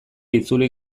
itzuli